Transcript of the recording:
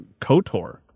Kotor